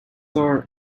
are